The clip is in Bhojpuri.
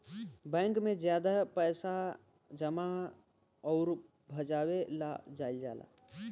बैंक में ज्यादे पइसा जमा अउर भजावे ला जाईल जाला